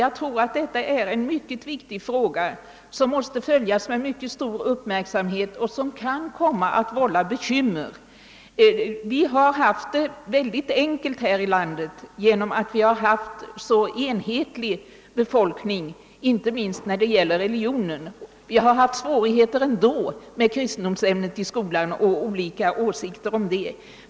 Jag tror att detta är en mycket viktig fråga, som måste följas med stor uppmärksamhet och som kan komma att vålla bekymmer. Vi har haft det mycket enkelt här i landet genom att vi har haft så enhetlig befolkning, inte minst när det gäller religionen. Vi har haft svårigheter ändå med olika åsikter om kristendomsämnet i skolan.